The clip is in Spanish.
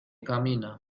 camina